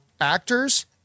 actors